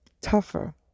tougher